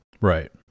Right